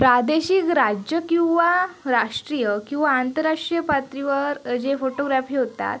प्रादेशिक राज्य किंवा राष्ट्रीय किंवा आंतरराष्ट्रीय पातळीवर जे फोटोग्राफी होतात